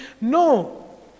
No